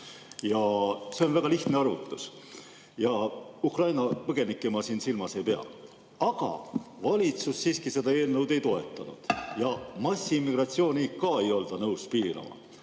See on väga lihtne arvutus. Ukraina põgenikke ma siin silmas ei pea. Aga valitsus siiski seda eelnõu ei toetanud ja massiimmigratsiooni ka ei olda nõus piirama.